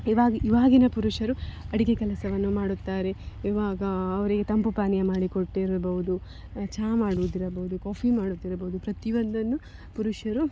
ಇವಾಗ ಇವಾಗಿನ ಪುರುಷರು ಅಡಿಗೆ ಕೆಲಸವನ್ನು ಮಾಡುತ್ತಾರೆ ಇವಾಗ ಅವರಿಗೆ ತಂಪು ಪಾನೀಯ ಮಾಡಿಕೊಟ್ಟಿರಬಹುದು ಚಹಾ ಮಾಡುದ್ದಿರಬಹುದು ಕಾಫಿ ಮಾಡುದ್ದಿರಬಹುದು ಪ್ರತಿಯೊಂದನ್ನು ಪುರುಷರು